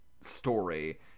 story